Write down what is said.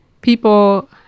people